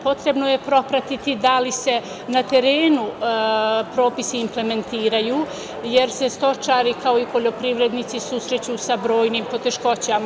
Potrebno je propratiti da li se na terenu propisi implementiraju, jer se stočari, kao i poljoprivrednici susreću sa brojnim poteškoćama.